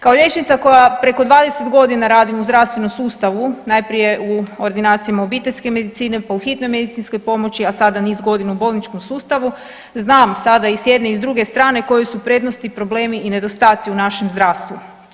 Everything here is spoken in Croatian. Kao liječnica koja preko 20 godina radim u zdravstvenom sustavu, najprije u ordinacijama obiteljske medicine, pa u hitnoj medicinskoj pomoći, a sada niz godina u bolničkom sustavu, znam sada i s jedne i druge strane koje su prednosti, problemi i nedostaci u našem zdravstvu.